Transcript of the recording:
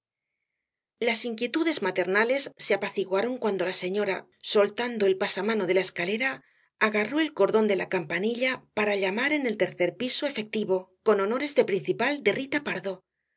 las inquietudes maternales se apaciguaron cuando la señora soltando el pasamano de la escalera agarró el cordón de la campanilla para llamar en el tercer piso efectivo con honores de principal de rita pardo